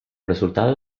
resultado